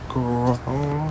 Girl